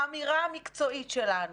האמירה המקצועית שלנו